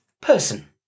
Person